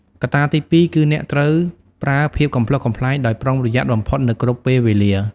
កត្តាទីពីរគឺអ្នកត្រូវប្រើភាពកំប្លុកកំប្លែងដោយប្រុងប្រយ័ត្នបំផុតនៅគ្រប់ពេលវេលា។